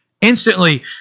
instantly